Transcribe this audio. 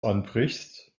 anbrichst